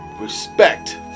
respect